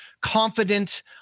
confident